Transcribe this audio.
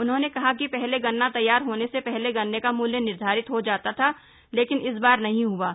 उन्होंने कहा कि पहले गन्ना तैयार होने से पहले गन्ने का मूल्य निर्धारित हो जाता था लेकिन इस बार नहीं हआ है